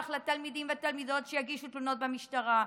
לתלמידים ותלמידות שיגישו תלונות במשטרה,